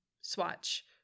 swatch